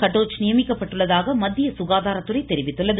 கடோச் நியமிக்கப்பட்டுள்ளதாக மத்திய சுகாதாரத்துறை தெரிவித்துள்ளது